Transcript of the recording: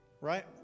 right